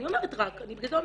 אני אומרת רק,